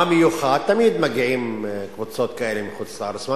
תמיד מגיעות קבוצות כאלה מחוץ-לארץ.